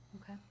Okay